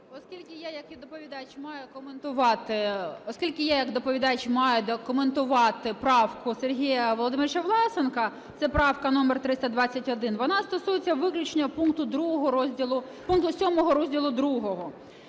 Оскільки, я як доповідач маю коментувати правку Сергія Володимировича Власенка, це правка номер 321, вона стосується виключно пункту 2 розділу…